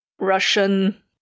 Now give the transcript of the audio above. Russian